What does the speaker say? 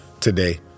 today